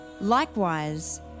Likewise